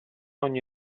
ogni